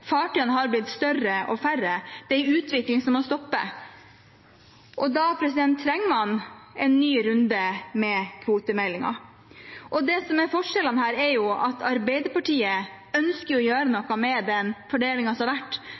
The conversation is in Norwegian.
blitt større og færre. Det er en utvikling som må stoppe. Da trenger man en ny runde med kvotemeldingen. Det som er forskjellen her, er at Arbeiderpartiet ønsker å gjøre noe med den fordelingen som har vært.